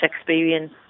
experience